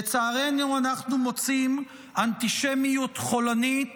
לצערנו אנחנו מוצאים אנטישמיות חולנית